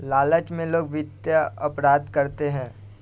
लालच में लोग वित्तीय अपराध करते हैं